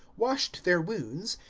washed their wounds,